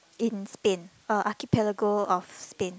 in Spain uh Archipelago of Spain